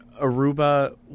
Aruba